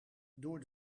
door